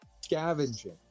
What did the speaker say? scavenging